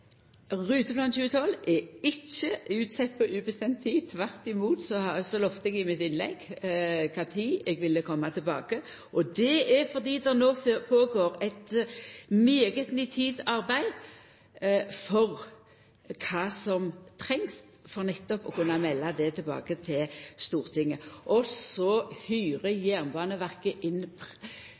Ruteplan 2012 er ikkje utsett på ubestemt tid. Tvert imot lovde eg i innlegget mitt kva tid eg ville koma tilbake. Det er fordi det no går føre seg eit svært nitid arbeid for å sjå kva som trengst for nettopp å kunna melda det tilbake til Stortinget. Så hyrer Jernbaneverket inn